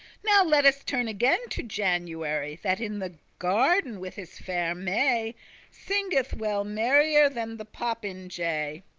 now let us turn again to january, that in the garden with his faire may singeth well merrier than the popinjay